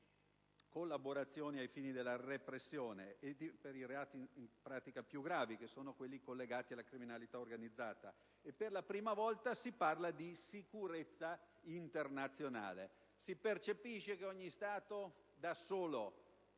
collaborazioni ai fini della repressione dei reati più gravi, che sono quelli collegati alla criminalità organizzata. Per la prima volta, inoltre, si parla di sicurezza internazionale: si percepisce che ogni Stato da solo